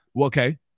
Okay